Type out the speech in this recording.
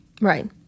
right